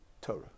Torah